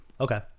Okay